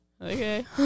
Okay